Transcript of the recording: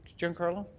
gian-carlo?